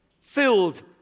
filled